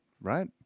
right